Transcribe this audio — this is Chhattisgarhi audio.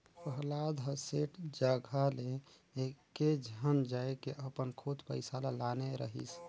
पहलाद ह सेठ जघा ले एकेझन जायके अपन खुद पइसा ल लाने रहिस